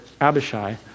Abishai